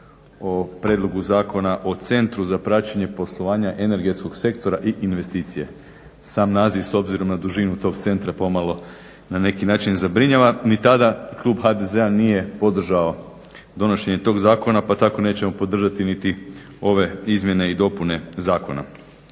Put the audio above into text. o Prijedlogu Zakona o Centru za praćenje poslovanja energetskog sektora i investicije. Sam naziv s obzirom na dužinu tog centra pomalo na neki način zabrinjava. Ni tada klub HDZ-a nije podržao donošenje tog zakona pa tako nećemo podržati niti ove izmjene i dopune zakona.